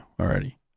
already